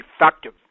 effective